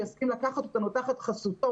שיסכים לקחת אותנו דרך חסותו